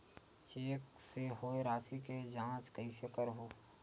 Cheque से होए राशि के जांच कइसे करहु?